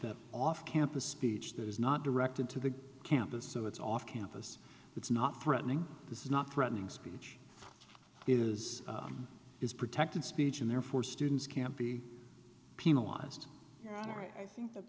that off campus speech that is not directed to the campus so it's off campus it's not threatening this is not threatening speech it is it's protected speech and therefore students can't be penalized your honor i think th